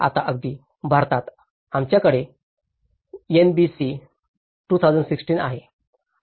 आता अगदी भारतात आमच्याकडे एनबीसी NBC 2016 आहे आधी ती 2005 ची होती